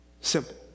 Simple